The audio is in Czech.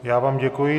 Já vám děkuji.